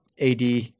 AD